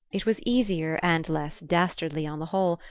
it was easier, and less dastardly on the whole,